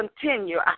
continue